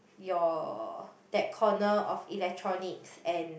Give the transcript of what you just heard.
your that corner of electronics and